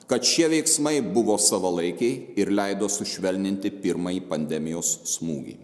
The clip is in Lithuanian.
kad šie veiksmai buvo savalaikiai ir leido sušvelninti pirmąjį pandemijos smūgį